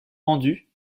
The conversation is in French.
rendus